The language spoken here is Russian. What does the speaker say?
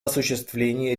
осуществлении